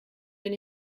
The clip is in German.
bin